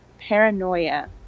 paranoia